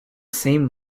same